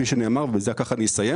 ובזה אסיים,